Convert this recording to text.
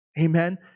Amen